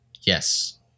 Yes